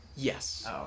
Yes